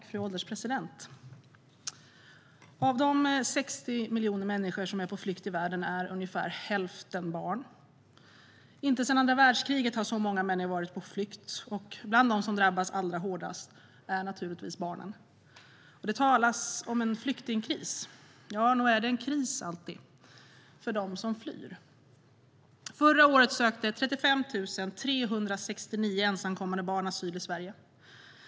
Fru ålderspresident! Av de 60 miljoner människor som är på flykt i världen är ungefär hälften barn. Inte sedan andra världskriget har så många människor varit på flykt. Bland dem som drabbas allra hårdast finns naturligtvis barnen. Det talas om en flyktingkris. Ja, nog är det en kris - för dem som flyr. Förra året sökte 35 369 ensamkommande barn asyl i Sverige.